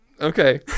Okay